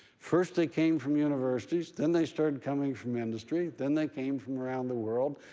first it came from universities. then they started coming from industry. then they came from around the world.